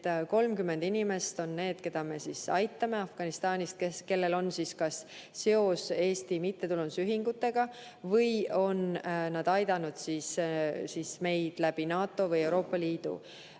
30 inimest on need, keda me aitame Afganistanist, kellel on kas seos Eesti mittetulundusühingutega või on nad aidanud meid NATO või Euroopa Liidu